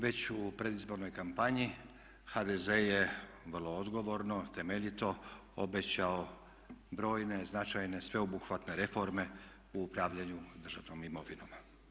Već u predizbornoj kampanji HDZ je vrlo odgovorno, temeljito obećao brojne značajne, sveobuhvatne reforme u upravljanju državnom imovinom.